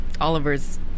Oliver's